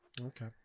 Okay